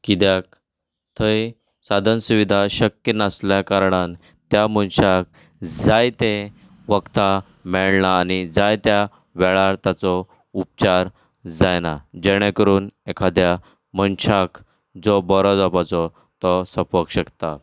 किद्याक थंय साधन सुविदा शक्य नाहल्या कारणान त्या मनशाक जायतें वखदां मेळना आनी जाय त्या वेळार ताचो उपचार जायना जेणें करून एखाद्या मनशाक जो बरो जावपाचो तो सोपोंक शकता